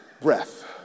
breath